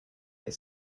they